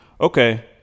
Okay